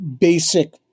basic